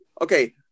Okay